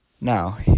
Now